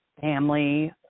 family